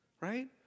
right